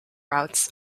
routes